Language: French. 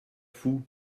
fous